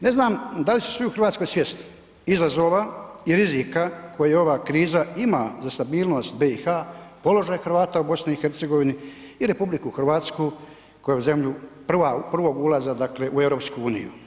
Ne znam da li su svi u Hrvatskoj svjesni izazova i rizika koji ova kriza ima za stabilnost BiH, položaj Hrvata u BiH i RH kao zemlju prvog ulaza dakle u EU.